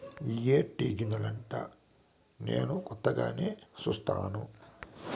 ఇయ్యే టీ గింజలంటా నేను కొత్తగానే సుస్తాను